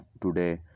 today